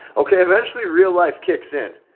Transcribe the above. okay eventually real life kicks in.